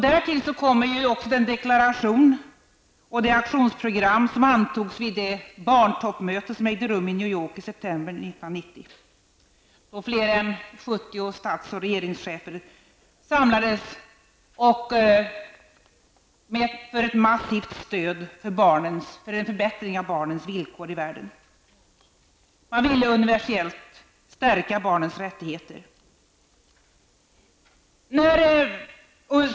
Därtill kommer också den deklaration och det aktionsprogram som antogs vid det barntoppmöte som ägde rum i New York i september 1990. Då samlades fler är 70 stats och regeringschefer för ett massivt stöd för en förbättring av barnens villkor i världen. Man vill universellt stärka barnens rättigheter.